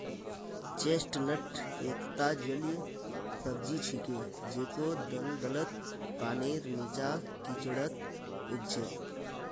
chestnut एकता जलीय सब्जी छिके जेको दलदलत, पानीर नीचा, कीचड़त उग छेक